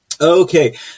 Okay